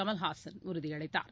கமல்ஹாசன் உறுதியளித்தார்